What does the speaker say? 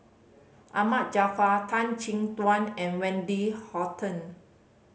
Ahmad Jaafar Tan Chin Tuan and Wendy Hutton